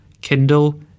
Kindle